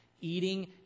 eating